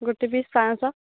ଗୋଟେ ପିସ୍ ପାଁଶହ